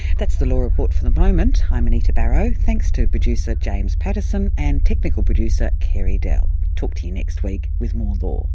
that's the law report for the moment, i'm anita barraud, thanks to producer james pattison and technical producer carey dell. talk to you next week with more law